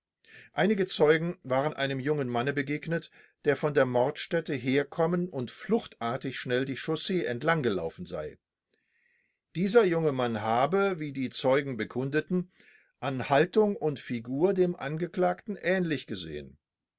einige zeugen waren einem jungen manne begegnet der von der mordstätte hergekommen und fluchtartig schnell die chaussee entlang gelaufen sei dieser junge mann habe wie die zeugen bekundeten an haltung und figur dem angeklagten ähnlich gesehen